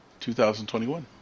2021